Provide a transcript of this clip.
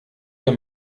ihr